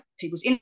people's